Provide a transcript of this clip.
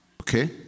Okay